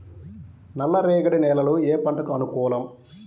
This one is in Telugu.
నల్ల రేగడి నేలలు ఏ పంటకు అనుకూలం?